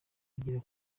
bagera